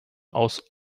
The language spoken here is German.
aus